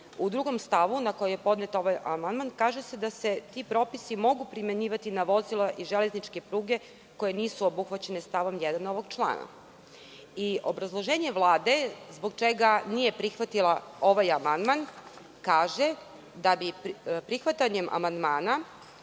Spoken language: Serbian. drugom stavu na koji je podnet ovaj amandman, kaže se da se ti propisi mogu primenjivati na vozila i železničke pruge koje nisu obuhvaćene stavom 1. ovog člana. Obrazloženje Vlade zbog čega nije prihvatila ovaj amandman kaže da bi prihvatanjem amandmana